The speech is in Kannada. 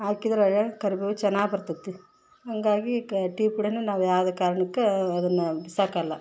ಹಾಕಿದ್ರೆ ಕರಿಬೇವು ಚೆನ್ನಾಗ್ ಬರ್ತದೆ ಹಗಾಗಿ ಕ ಟೀ ಪುಡಿನ ನಾವು ಯಾವುದೇ ಕಾರ್ಣಕ್ಕೆ ಅದನ್ನು ಬಿಸಾಕೊಲ್ಲ